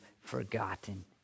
forgotten